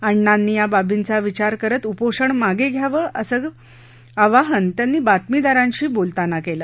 अण्णांनी या बाबींचा विचार करत उपोषण मागं घ्यावं असं आवाहन त्यांनी बातमीदारांशी बोलताना केलं